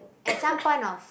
at some point of